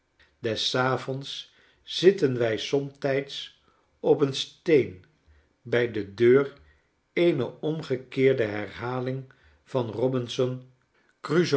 des avonds zitten wij somtijds op een steen bij de deur eene omgekeerde herhaling van robinsen crusoe